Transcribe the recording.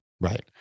right